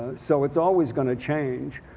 so it's always going to change.